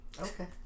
Okay